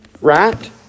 right